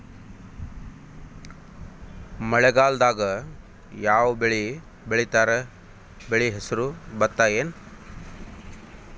ಮಳೆಗಾಲದಾಗ್ ಯಾವ್ ಬೆಳಿ ಬೆಳಿತಾರ, ಬೆಳಿ ಹೆಸರು ಭತ್ತ ಏನ್?